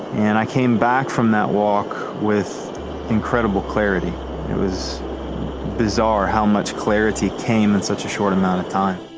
and i came back from that walk with incredible clarity it was bizarre how much clarity came in such a short amount of time.